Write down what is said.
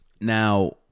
Now